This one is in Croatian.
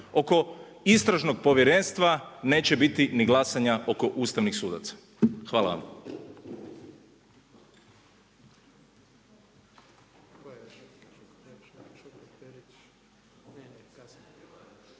oko istražnog povjerenstva neće biti glasanja ni oko ustavnih sudaca. Hvala vam.